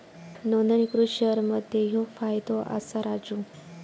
नोंदणीकृत शेअर मध्ये ह्यो फायदो असा राजू